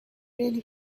really